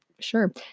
Sure